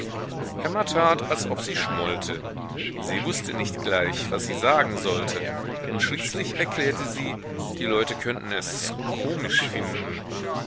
emma tat als ob sie schmollte sie wußte nicht gleich was sie sagen sollte und schließlich erklärte sie die leute könnten es komisch finden